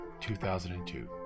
2002